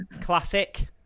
Classic